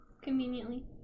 conveniently